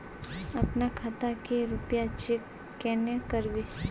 अपना खाता के रुपया चेक केना करबे?